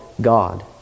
God